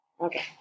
Okay